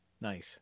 Nice